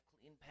clean